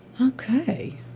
Okay